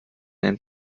ein